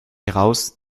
heraus